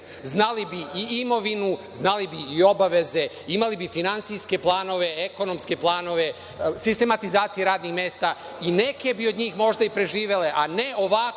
znali bi i imovinu, znali bi i obaveze, imali bi finansijske planove, ekonomske planove, sistematizacije radnih mesta i neke bi od njih možda i preživele, a ne ovako